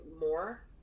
more